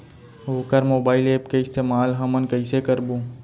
वोकर mobile app के इस्तेमाल हमन कइसे करबो?